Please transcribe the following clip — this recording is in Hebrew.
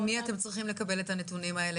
ממי אתם צריכים לקבל את הנתונים האלה